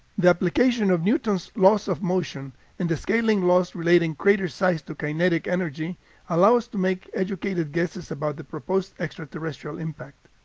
the application of newton's laws-of-motion and the scaling laws relating crater size to kinetic energy allow us to make some educated guesses about the proposed extraterrestrial impact.